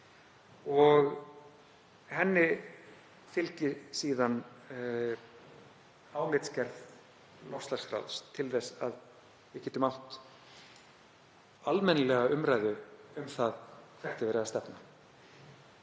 og henni fylgi síðan álitsgerð loftslagsráðs til þess að við getum átt almennilega umræðu um það hvert er verið að stefna,